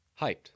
hyped